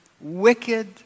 wicked